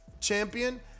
champion